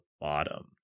bottom